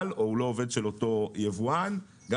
או הוא לא עובד של אותו יבואן - אגב,